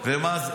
אתה זוכר?